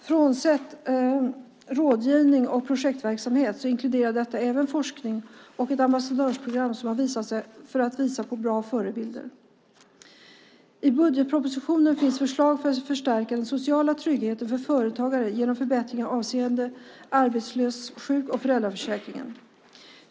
Frånsett rådgivning och projektverksamhet inkluderas även forskning och ett ambassadörsprogram för att visa på bra förebilder. I budgetpropositionen finns det förslag om att förstärka företagarnas sociala trygghet genom förbättringar avseende arbetslöshets-, sjuk och föräldraförsäkringarna.